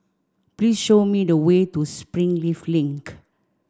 please show me the way to Springleaf Link